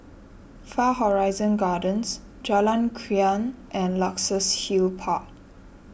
Far Horizon Gardens Jalan Krian and Luxus Hill Park